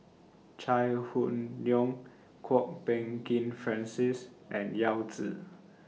Chai Hon Yoong Kwok Peng Kin Francis and Yao Zi